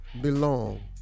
belong